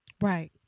Right